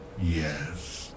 Yes